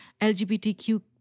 LGBTQ